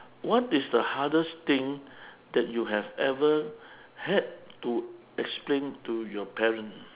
what is the hardest thing that you have ever had to explain to your parent